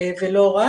ולא רק,